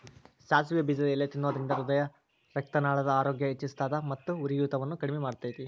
ಸಾಸಿವೆ ಬೇಜದ ಎಲಿ ತಿನ್ನೋದ್ರಿಂದ ಹೃದಯರಕ್ತನಾಳದ ಆರೋಗ್ಯ ಹೆಚ್ಹಿಸ್ತದ ಮತ್ತ ಉರಿಯೂತವನ್ನು ಕಡಿಮಿ ಮಾಡ್ತೆತಿ